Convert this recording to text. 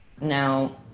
Now